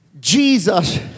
Jesus